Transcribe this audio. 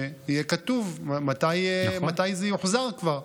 שיהיה כתוב מתי זה יוחזר כבר,